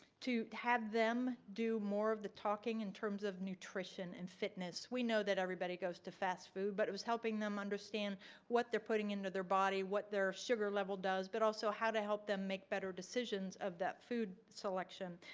to have them do more of the talking in terms of nutrition and fitness. we know that everybody goes to fast food but it was helping them understand what they're putting into their body what their sugar level does, but also how to help them make better decisions of that food selection.